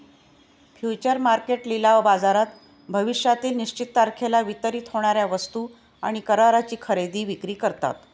future market लिलाव बाजारात भविष्यातील निश्चित तारखेला वितरित होणार्या वस्तू आणि कराराची खरेदी विक्री करतात